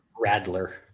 rattler